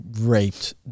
raped